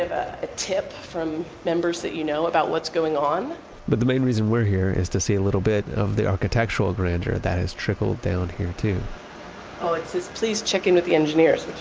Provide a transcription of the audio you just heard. ah a tip from members that you know about what's going on but the main reason we're here is to see a little bit of the architectural grandeur that has trickled down here too oh it says please check in with the engineers, which